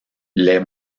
les